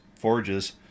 forges